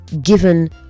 given